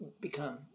become